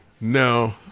No